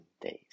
days